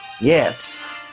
Yes